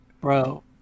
bro